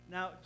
Now